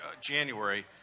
January